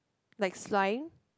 like slime